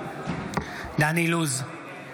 דן אילוז,